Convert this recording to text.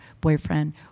boyfriend